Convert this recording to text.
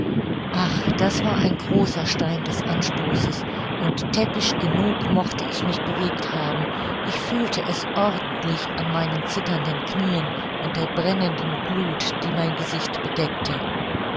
ach das war ein großer stein des anstoßes und täppisch genug mochte ich mich bewegt haben ich fühlte es ordentlich an meinen zitternden knieen und der brennenden gluth die mein gesicht bedeckte